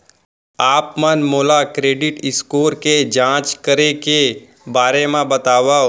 आप मन मोला क्रेडिट स्कोर के जाँच करे के बारे म बतावव?